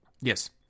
Yes